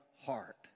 heart